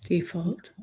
Default